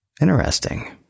Interesting